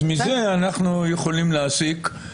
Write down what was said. אז מזה אנחנו יכולים להסיק.